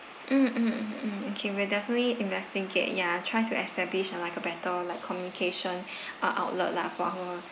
mm mm mm mm okay we'll definitely investigate ya try to establish on like a better like communication uh outlet lah for our